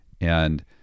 and-